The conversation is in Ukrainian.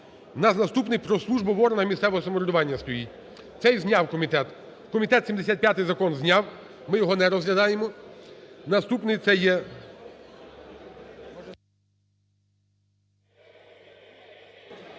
наступний про службу в органах місцевого самоврядування стоїть. Цей зняв комітет. Комітет 75-й закон зняв, ми його не розглядаємо. Наступний, це є…